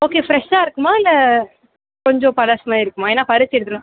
okay ஃப்ரெஷ்ஷாக இருக்குமா இல்லை கொஞ்சம் பழசு மாதிரி இருக்குமா ஏன்னா பறிச்சி எடுத்துகிட்டு